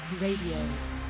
Radio